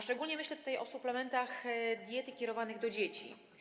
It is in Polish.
Szczególnie myślę tutaj o suplementach diety kierowanych do dzieci.